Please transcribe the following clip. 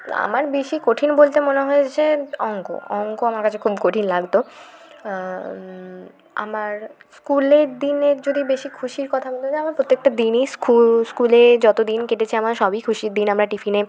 আমার বেশি কঠিন বলতে মনে হয়েছে অঙ্ক অঙ্ক আমার কাছে খুব কঠিন লাগতো আমার স্কুলের দিনের যদি বেশি খুশির কথা বলা যায় আমার প্রত্যেকটা দিনই স্কুলে যতদিন কেটেছে আমার সবই খুশির দিন আমরা টিফিনে